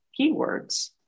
keywords